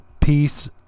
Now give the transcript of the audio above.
Peace